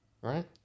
right